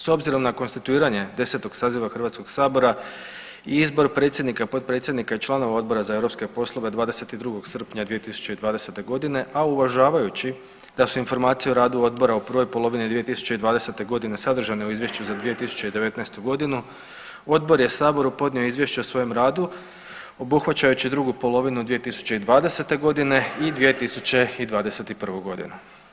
S obzirom na konstituiranje 10. saziva HS i izbor predsjednika, potpredsjednika i članova Odbora za europske poslove 22. srpnja 2020.g., a uvažavajući da su informacije o radu odbora u prvoj polovini 2020.g. sadržane u izvješću za 2019.g. odbor je saboru podnio izvješće o svojem radu obuhvaćajući drugu polovinu 2020.g. i 2021.g.